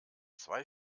zwei